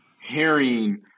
hearing